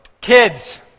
Kids